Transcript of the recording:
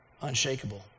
unshakable